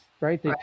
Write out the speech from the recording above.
right